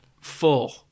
full